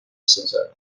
سازد